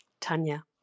Tanya